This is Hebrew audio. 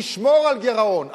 נשמור על גירעון,